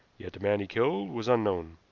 yet the man he killed was unknown.